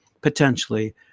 potentially